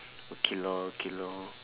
okay lor K lor